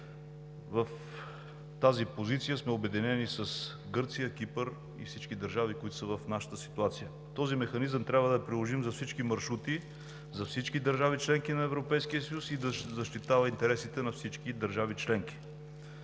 В тази позиция сме обединени с Гърция, Кипър и всички държави, които са в нашата ситуация. Този механизъм трябва да е приложим за всички маршрути, за всички държави – членки на Европейския съюз, и да защитава интересите на всички държави членки.